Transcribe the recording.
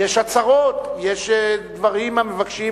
יש עצרות, יש דברים המבקשים,